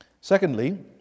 Secondly